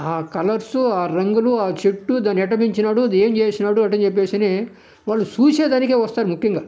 ఆ కలర్సు ఆ రంగులు ఆ చెట్టు దాన్ని ఎట్ట పెంచినాడు ఏం చేసినాడు అంట అని చెప్పేసని వాళ్ళు చేసే దానికే వస్తారు ముఖ్యంగా